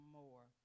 more